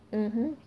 mmhmm